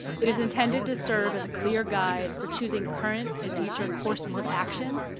it is intended to serve as a clear guide for choosing current and future courses of action.